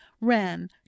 ran